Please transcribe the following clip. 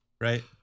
Right